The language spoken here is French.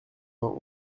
vingt